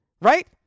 Right